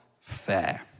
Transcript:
fair